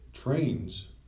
trains